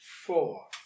Four